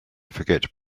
forget